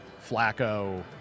Flacco